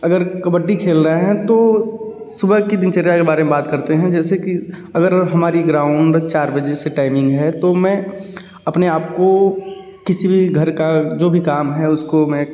अगर कबड्डी खेल रहे हैं तो सुबह की दिनचर्या के बारे में बात करते हैं जैसे कि अगर हमारी ग्राउंड चार बाजे से टाइमिंग है तो मैं अपने आप को किसी भी घर का जो भी काम है उसको मैं